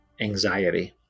Anxiety